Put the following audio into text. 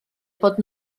bod